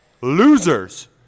Losers